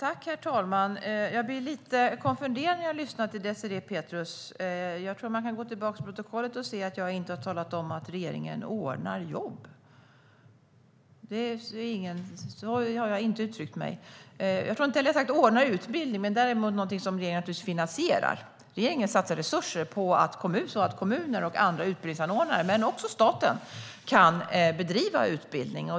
Herr talman! Jag blir lite konfunderad när jag lyssnar till Désirée Pethrus. Jag tror att man kan gå tillbaka till protokollet och se att jag inte har pratat om att regeringen ordnar jobb. Så har jag inte uttryckt mig. När det gäller att ordna utbildning är det däremot något som regeringen naturligtvis finansierar. Regeringen satsar resurser så att kommuner och andra utbildningsanordnare - men också staten - kan bedriva utbildning.